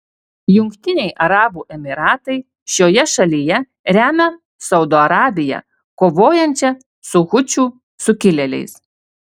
jungtiniai arabų emyratai šioje šalyje remia saudo arabiją kovojančią su hučių sukilėliais